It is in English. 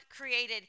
created